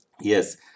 Yes